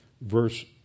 verse